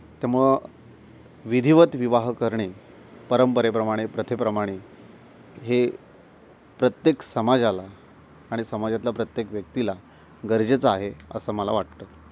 त्यामुळं विधीवत विवाह करणे परंपरेप्रमाणे प्रथेप्रमाणे हे प्रत्येक समाजाला आणि समाजातल्या प्रत्येक व्यक्तीला गरजेचं आहे असं मला वाटतं